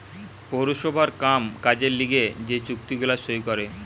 পৌরসভার কাম কাজের লিগে যে চুক্তি গুলা সই করে